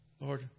Lord